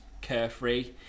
carefree